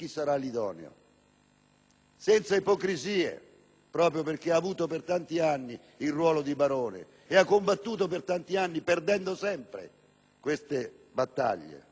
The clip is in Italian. senza ipocrisie, proprio perché chi parla ha avuto per tanti anni il ruolo di barone e ha combattuto perdendo sempre queste battaglie.